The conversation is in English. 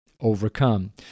Overcome